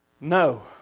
No